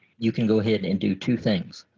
you can go ahead and do two things.